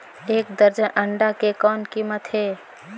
एक दर्जन अंडा के कौन कीमत हे?